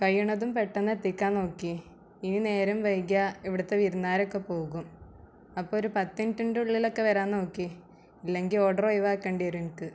കഴിയുന്നതും പെട്ടെന്ന് എത്തിക്കാന് നോക്കുക ഇനി നേരം വൈകിയാൽ ഇവിടുത്തെ വിരുന്നുകാരൊക്കെ പോകും അപ്പോൾ ഒരു പത്ത് മിനുട്ടിൻ്റെയുള്ളിലൊക്കെ വരാന് നോക്കുക ഇല്ലെങ്കിൽ ഓഡ്രർ ഒഴിവാക്കേണ്ടി വരും എനിക്ക്